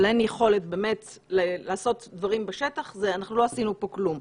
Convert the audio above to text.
אבל אין יכולת באמת לעשות דברים בשטח אנחנו לא עשינו פה כלום.